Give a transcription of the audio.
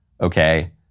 Okay